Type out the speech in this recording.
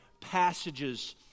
passages